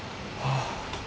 !wah!